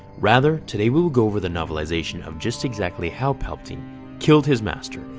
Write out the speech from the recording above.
rather, today we will go over the novelization of just exactly how palpatine killed his master,